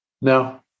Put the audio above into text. No